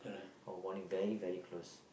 our bonding very very close